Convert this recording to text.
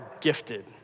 gifted